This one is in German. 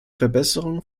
verbesserungen